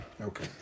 okay